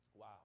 Wow